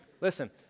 listen